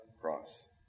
cross